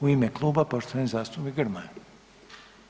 U ime kluba poštovani zastupnik Grmoja.